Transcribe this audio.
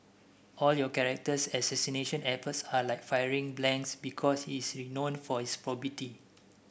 all your character assassination efforts are like firing blanks because he is renown for his probity